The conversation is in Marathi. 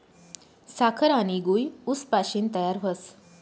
साखर आनी गूय ऊस पाशीन तयार व्हस